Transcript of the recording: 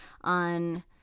on